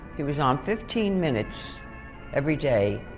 it was on fifteen minutes everyday,